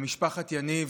למשפחת יניב,